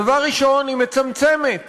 דבר ראשון, היא מצמצמת